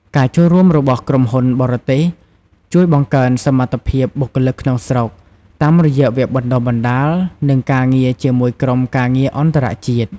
ការចូលរួមរបស់ក្រុមហ៊ុនបរទេសជួយបង្កើនសមត្ថភាពបុគ្គលិកក្នុងស្រុក តាមរយៈវគ្គបណ្តុះបណ្តាល និងការងារជាមួយក្រុមការងារអន្តរជាតិ។